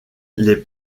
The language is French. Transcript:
les